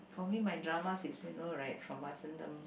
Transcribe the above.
for me my dramas is you know right from Vasantham